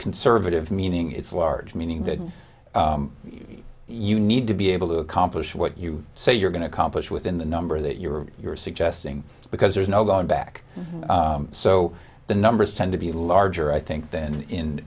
conservative meaning it's large meaning that you need to be able to accomplish what you say you're going to accomplish within the number that you're suggesting because there's no going back so the numbers tend to be larger i think